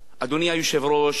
אדוני היושב-ראש,